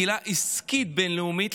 הקהילה העסקית הבין-לאומית,